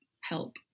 help